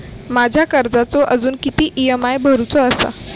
माझ्या कर्जाचो अजून किती ई.एम.आय भरूचो असा?